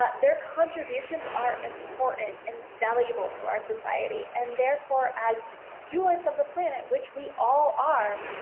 ah their contributions are important, and valuable to our society, and therefore as stewards of the planet, which we all are,